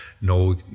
No